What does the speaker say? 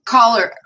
Caller